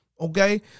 okay